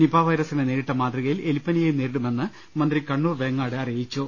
Nipah വൈറസിനെ നേരിട്ട മാതൃകയിൽ എലിപ്പനിയേയും നേരിടുമെന്നും മന്ത്രി കണ്ണൂർ വേങ്ങാട് പറഞ്ഞു